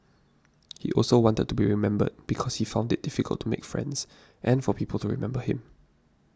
he also wanted to be remembered because he found it difficult to make friends and for people to remember him